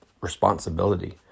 responsibility